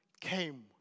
came